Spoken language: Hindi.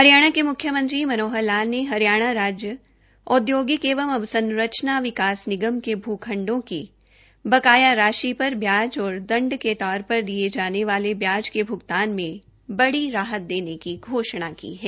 हरियाणा के मुख्यमंत्री मनोहर लाल ने हरियाणा राज्य औद्योगिक एंव अवसंरचना विकास के निगम भ्र खंडो की बकाया राशि पर ब्याज और दंड के तौर पर लिए जाने वाले ब्याज के भ्गतान में बड़ी राहत देने की घोषणा की है